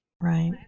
Right